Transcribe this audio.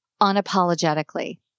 unapologetically